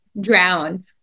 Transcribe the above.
drown